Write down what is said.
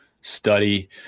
study